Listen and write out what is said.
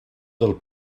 del